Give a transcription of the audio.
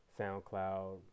SoundCloud